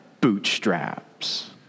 bootstraps